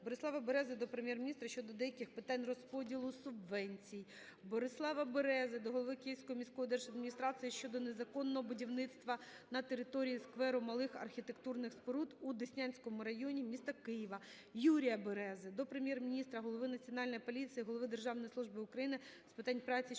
Борислава Берези до Прем'єр-міністра щодо деяких питань розподілу субвенції. Борислава Берези до голови Київської міської держадміністрації щодо незаконного будівництва на території скверу малих архітектурних споруд у Деснянському районі міста Києва. Юрія Берези до Прем'єр-міністра, голови Національної поліції, голови Державної служби України з питань праці щодо